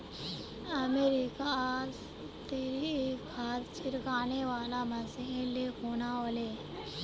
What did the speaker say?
America स रितिक खाद छिड़कने वाला मशीन ले खूना व ले